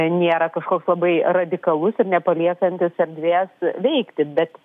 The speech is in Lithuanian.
nėra kažkoks labai radikalus ir nepaliekantis erdvės veikti bet